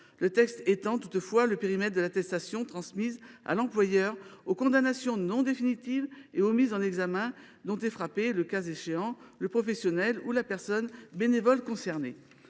Le texte étend toutefois le périmètre de l’attestation transmise à l’employeur aux condamnations non définitives et aux mises en examen dont est frappé, le cas échéant, le professionnel ou la personne bénévole concernée.